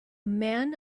man